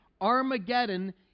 Armageddon